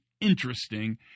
interesting